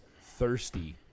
thirsty